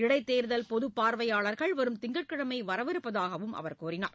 இடைத்தேர்தல் பொதுப் பார்வையாளர்கள் வரும் திங்கட்கிழமைவரவிருப்பதாகவும் அவர் தெரிவித்தார்